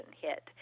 hit